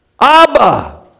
Abba